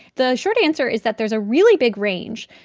the short answer is that there's a really big range.